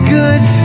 good